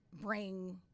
bring